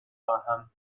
خواهم